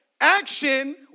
action